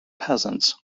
peasants